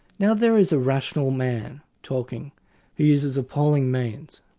now there is a rational man talking who uses appalling means,